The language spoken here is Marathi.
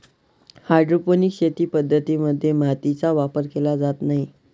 हायड्रोपोनिक शेती पद्धतीं मध्ये मातीचा वापर केला जात नाही